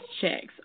checks